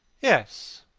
yes,